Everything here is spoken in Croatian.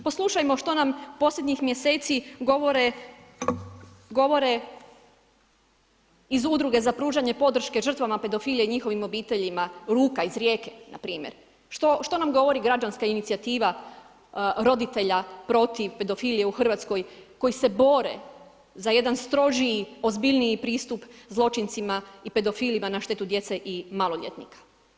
Poslušajmo što nam posljednjih mjeseci govore iz udruge za pružanje podrške žrtvama pedofilima i njihovim obiteljima, Luka iz Rijeke npr. Što nam govori građanska inicijativa roditelja protiv pedofilije u Hrvatskoj, koji se bore, za jedan strožiji, ozbiljniji pristup zločincima i pedofilima na štetu djece i maloljetnika.